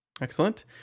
Excellent